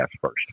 first